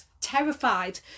terrified